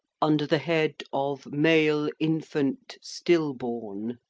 under the head of male infant, still-born.